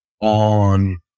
on